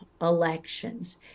elections